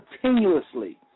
continuously